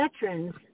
veterans